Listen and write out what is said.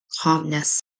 calmness